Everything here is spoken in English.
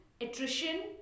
attrition